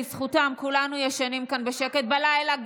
בזכותם כולנו ישנים כאן בשקט בלילה.